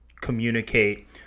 communicate